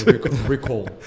Recall